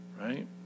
right